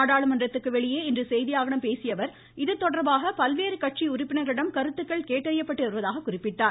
நாடாளுமன்றத்திற்கு வெளியே இன்று செய்தியாளர்களிடம் பேசிய அவர் இது தொடர்பாக பல்வேறு கட்சி உறுப்பினர்களிடம் கருத்துக்கள் கேட்டறியப்பட்டு வருவதாக குறிப்பிட்டார்